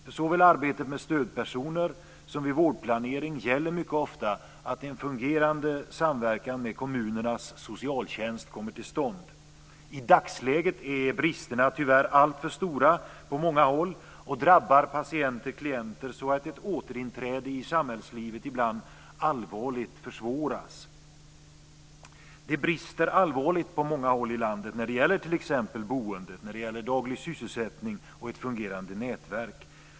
För såväl arbetet med stödpersoner som vid vårdplanering gäller mycket ofta att en fungerande samverkan med kommunernas socialtjänst kommer till stånd. I dagsläget är bristerna tyvärr alltför stora på många håll och drabbar patienter eller klienter så att ett återinträde i samhällslivet ibland allvarligt försvåras. Det brister betänkligt på många håll i landet när det t.ex. gäller boende, daglig sysselsättning och ett fungerande nätverk.